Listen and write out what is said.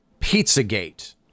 Pizzagate